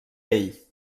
ell